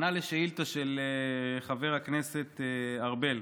ענה על שאילתה של חבר הכנסת ארבל,